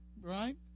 right